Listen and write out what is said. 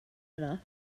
enough